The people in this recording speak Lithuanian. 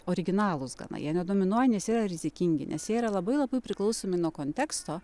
originalūs gana jie nedominuoja nes jie yra rizikingi nes yra labai labai priklausomi nuo konteksto